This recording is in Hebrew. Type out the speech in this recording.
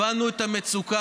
הבנו את המצוקה.